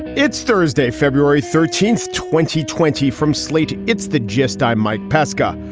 it's thursday, february thirteenth, twenty twenty from slate. it's the gist. i'm mike pesca.